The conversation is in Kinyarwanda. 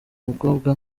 mukobwa